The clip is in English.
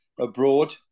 abroad